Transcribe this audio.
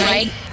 Right